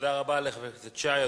תודה רבה לחבר הכנסת שי.